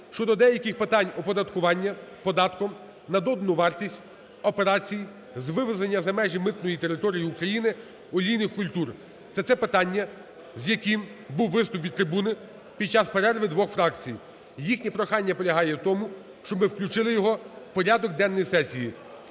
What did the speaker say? щодо деяких питань оподаткування податком на додану вартість операцій з вивезення за межі митної території України олійних культур. Це те питання, з яким був виступ від трибуни під час перерви двох фракцій, їхнє прохання полягає в тому, щоб ми включили його в порядок денний сесії,